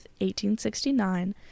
1869